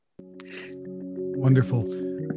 Wonderful